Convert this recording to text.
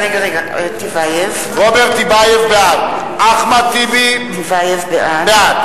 בעד אחמד טיבי, בעד